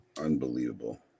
unbelievable